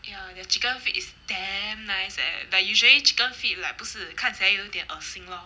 ya their chicken feet is damn nice leh like usually chicken feet like 不是看起来有点恶心 lor